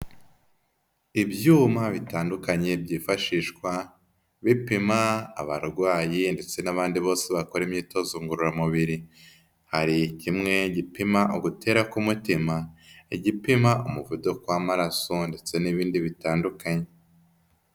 Ibyuma bitandukanye byifashishwa bipima abarwayi ndetse n'abandi bose bakora imyitozo ngororamubiri, hari kimwe gipima ugutera k'umutima, igipima umuvuduko w'amaraso ndetse n'ibindi bitandukanye.